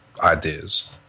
Ideas